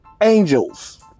Angels